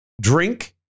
Drink